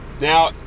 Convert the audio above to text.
Now